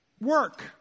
work